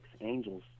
Angels